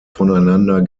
voneinander